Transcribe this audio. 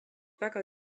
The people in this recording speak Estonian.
väga